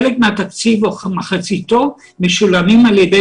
חלק מהתקציב או כמחציתו משולמים על ידי